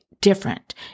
different